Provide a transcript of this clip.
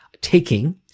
taking